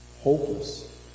Hopeless